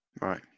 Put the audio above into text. Right